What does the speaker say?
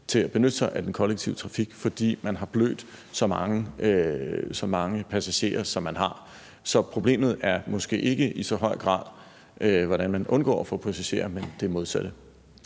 til at benytte sig af den kollektive trafik, fordi den har blødt så mange passagerer, som den har. Så problemet er måske ikke i så høj grad, hvordan man undgår at få passagerer, men det modsatte.